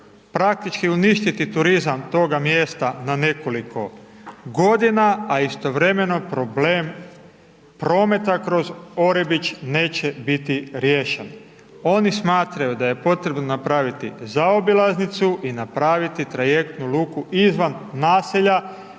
praktički uništiti turizam toga mjesta na nekoliko godina a istovremeno problem prometa kroz Orebić neće biti riješen. Oni smatraju da je potrebno napraviti zaobilaznicu i napraviti trajektnu luku izvan naselja,